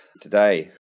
today